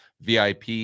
VIP